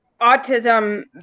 autism